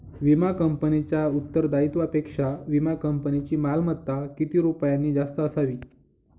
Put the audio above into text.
विमा कंपनीच्या उत्तरदायित्वापेक्षा विमा कंपनीची मालमत्ता किती रुपयांनी जास्त असावी?